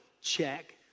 Check